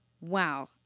Wow